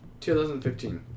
2015